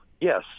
yes